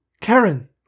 Karen